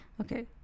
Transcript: Okay